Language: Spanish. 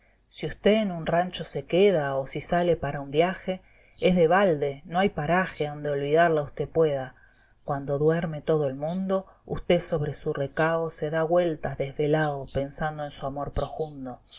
si usté en un rancho se queda o si sale para un viaje es de balde no hay paraje ande olvidarla usté pueda cuando duerme todo el mundo usté sobre su recao se da güeltas desvelao pensando en su amor projundo